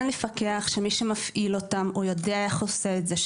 כן לפקח שמי שמפעיל אותם יודע איך לעשות את זה,